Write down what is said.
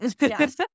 Yes